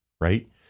right